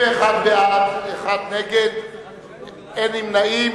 נא להצביע.